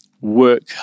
work